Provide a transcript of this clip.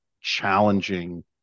challenging